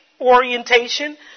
orientation